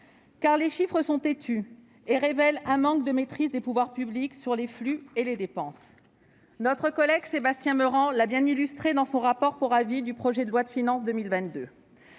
là. Les chiffres sont en effet têtus et révèlent le manque de maîtrise des pouvoirs publics sur les flux et les dépenses. Notre collègue Sébastien Meurant l'a bien illustré dans son rapport pour avis du projet de loi de finances pour